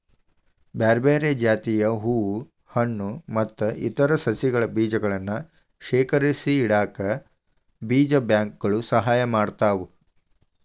ಬ್ಯಾರ್ಬ್ಯಾರೇ ಜಾತಿಯ ಹೂ ಹಣ್ಣು ಮತ್ತ್ ಇತರ ಸಸಿಗಳ ಬೇಜಗಳನ್ನ ಶೇಖರಿಸಿಇಡಾಕ ಬೇಜ ಬ್ಯಾಂಕ್ ಗಳು ಸಹಾಯ ಮಾಡ್ತಾವ